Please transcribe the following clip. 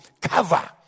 cover